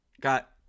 Got